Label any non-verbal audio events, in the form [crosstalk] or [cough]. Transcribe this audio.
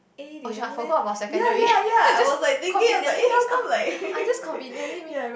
oh shit I forgot about secondary [laughs] I just conveniently miss out [laughs] I just conveniently